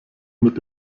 mit